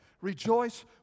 Rejoice